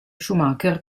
schumacher